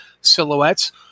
silhouettes